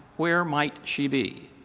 where might she be?